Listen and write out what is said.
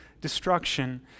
destruction